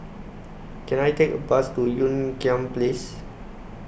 Can I Take A Bus to Ean Kiam Place